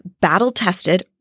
battle-tested